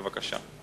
בבקשה.